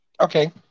Okay